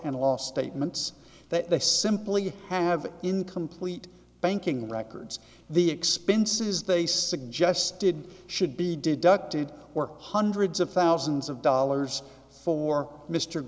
and loss statements that they simply have incomplete banking records the expenses they suggested should be deducted or hundreds of thousands of dollars for m